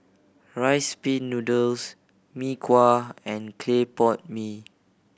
Rice Pin Noodles Mee Kuah and clay pot mee